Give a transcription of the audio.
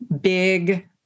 big